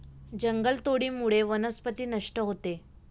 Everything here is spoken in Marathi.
जंगलतोडीमुळे वनस्पती नष्ट होते